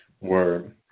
Word